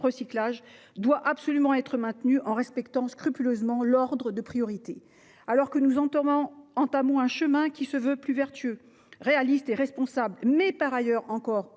recyclage -doit absolument être maintenu en respectant scrupuleusement l'ordre de priorité. Alors que nous entamons un chemin qui se veut plus vertueux, réaliste et responsable, mais qui demeure